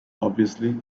obviously